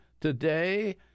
today